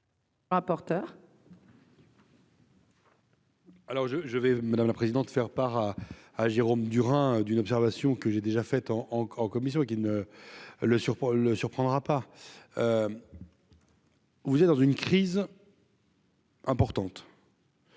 et. Alors je je vais madame la présidente, faire part à Jérôme Durain d'une observation que j'ai déjà fait en commission qui ne le surprend le surprendra pas. Vous êtes dans une crise. Importante.